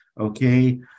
okay